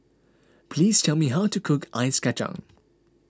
please tell me how to cook Ice Kachang